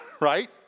Right